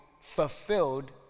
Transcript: fulfilled